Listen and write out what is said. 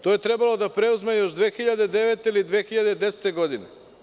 To je trebala da preuzme još 2009. ili 2010. godine.